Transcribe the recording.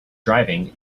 driving